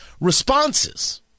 responses